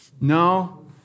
No